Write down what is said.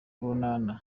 urunana